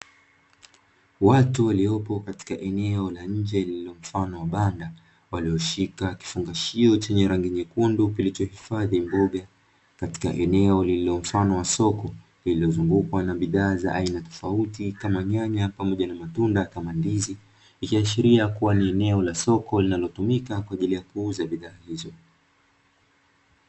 Watu waliopo katika eneo la nje iliyo mfano wa banda walioshika kifungashio chenye rangi nyekundu kilichohifadhi mboga katika eneo lililo mfano wa soko lililozungukwa na bidhaa za aina tofauti kama nyanya pamoja na matunda kama ndizi ikiashiria kuwa ni eneo la soko linalotumika kwa ajili ya kuuza bidhaa hizo.